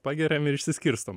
pageriam ir išsiskirstom